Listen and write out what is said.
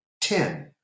Ten